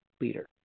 leader